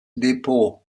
depot